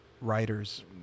writers